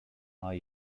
are